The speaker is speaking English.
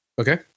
Okay